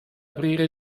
aprire